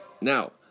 Now